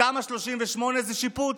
תמ"א 38 זה שיפוץ,